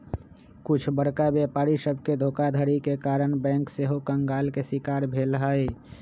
कुछ बरका व्यापारी सभके धोखाधड़ी के कारणे बैंक सेहो कंगाल के शिकार भेल हइ